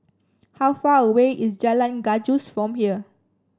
how far away is Jalan Gajus from here